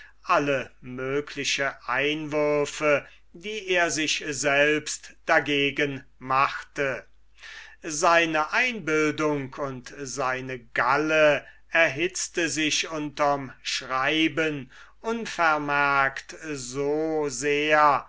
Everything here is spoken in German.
alle mögliche einwürfe die er sich selbst dagegen machte seine einbildung und seine galle erhitzte sich unterm schreiben unvermerkt so sehr